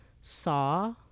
saw